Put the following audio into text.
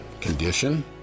condition